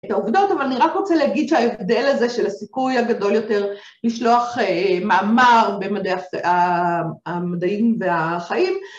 ‫את העובדות, אבל אני רק רוצה להגיד ‫שההבדל הזה של הסיכוי הגדול יותר ‫לשלוח מאמר במדעי ה... מדעים והחיים